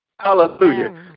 Hallelujah